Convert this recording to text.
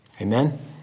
Amen